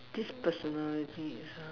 this personality is